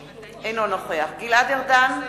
אינו נוכח אופיר אקוניס, אינו נוכח גלעד ארדן,